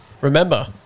Remember